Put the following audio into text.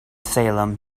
salem